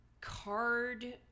card